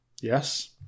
Yes